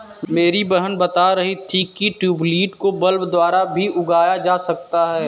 मेरी बहन बता रही थी कि ट्यूलिप को बल्ब द्वारा भी उगाया जा सकता है